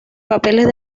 papeles